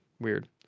Weird